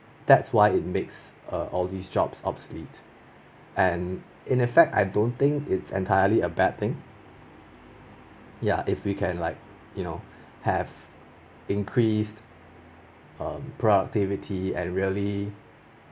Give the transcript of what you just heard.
that's why it makes err all these jobs obsolete and in effect I don't think it's entirely a bad thing ya if we can like you know have increased um productivity and really